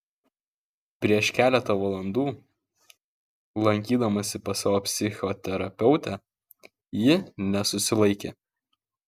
prieš keletą valandų lankydamasi pas savo psichoterapeutę ji nesusilaikė